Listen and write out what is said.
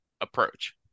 approach